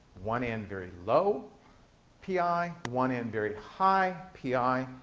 one end very low pi, one end very high pi,